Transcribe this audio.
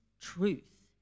truth